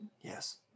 Yes